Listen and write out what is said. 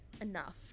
enough